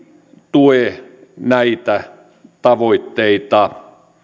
tue näitä tavoitteita